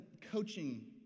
coaching